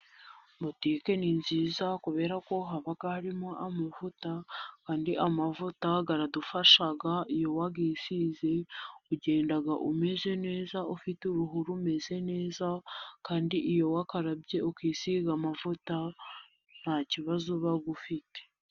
Butike ni nziza kubera ko haba harimo amavuta, amavuta aradufasha iyo wayisize ugenda umeze neza ufite uruhu rumeze neza kandi iyo wakarabye ukisiga amavuta nta kibazo uba ufite.